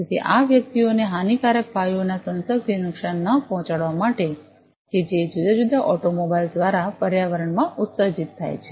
તેથી આ વ્યક્તિઓને આ હાનિકારક વાયુઓના સંસર્ગથી નુકસાન ન પહોંચાડવા માટે કે જે જુદા જુદા ઓટોમોબાઈલ્સ દ્વારા પર્યાવરણમાં ઉત્સર્જિત થાય છે